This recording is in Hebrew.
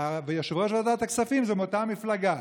ויושב-ראש ועדת הכספים הם מאותה המפלגה.